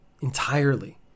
entirely